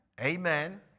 Amen